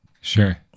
Sure